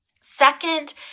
Second